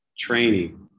Training